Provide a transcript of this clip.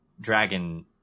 dragon